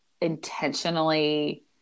intentionally